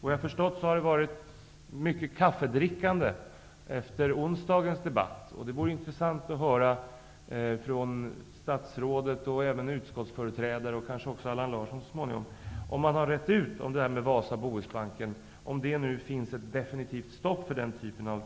Såvitt jag har förstått har det ägt rum mycket kaffedrickande efter onsdagens debatt. Det vore intressant att få höra från statsrådet, utskottsföreträdare och kanske även från Allan Larsson så småningom om man har rett ut om det finns ett definitivt stopp för den typ av